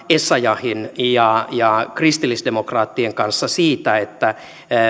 essayahin ja ja kristillisdemokraattien kanssa siitä että